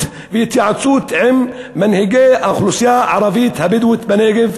והתייעצות עם מנהיגי האוכלוסייה הערבית הבדואית בנגב.